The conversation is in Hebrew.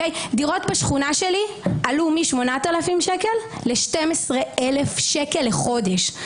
דירות בשכונה שלי עלו מ-8,000 שקל ל-12,000 שקל לחודש.